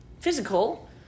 physical